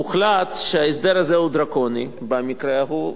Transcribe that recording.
הוחלט שההסדר הזה הוא דרקוני במקרה ההוא,